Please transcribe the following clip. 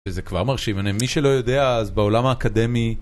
זה כבר מרשים אני מי שלא יודע אז בעולם האקדמי.